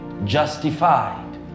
Justified